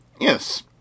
Yes